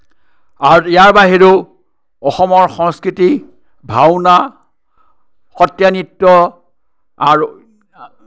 আৰু ইয়াৰ বাহিৰেও অসমৰ সংস্কৃতি ভাওনা সত্ৰীয়া নৃত্য আৰু